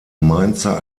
mainzer